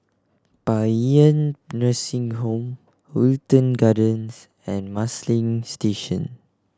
Paean Nursing Home Wilton Gardens and Marsiling Station